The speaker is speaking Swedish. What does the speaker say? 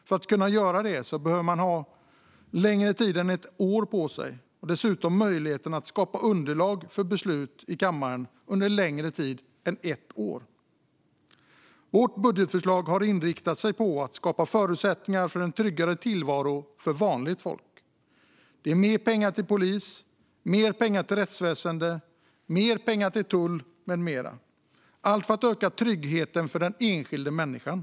För att kunna göra det behöver man ha längre tid än ett år på sig och dessutom möjligheten att skapa underlag för beslut i kammaren under en längre tid än ett år. Vårt budgetförslag har inriktat sig på att skapa förutsättningar för en tryggare tillvaro för vanligt folk. Det blir mer pengar till polis, rättsväsen, tull med mera - allt för att öka tryggheten för den enskilda människan.